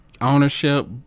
ownership